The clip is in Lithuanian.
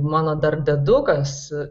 mano dar dėdukas